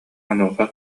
онуоха